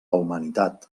humanitat